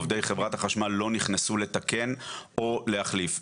עובדי חברת החשמל לא נכנסו לתקן או להחליף.